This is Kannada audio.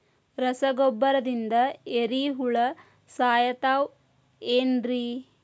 ರಸಗೊಬ್ಬರದಿಂದ ಏರಿಹುಳ ಸಾಯತಾವ್ ಏನ್ರಿ?